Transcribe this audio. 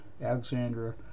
Alexandra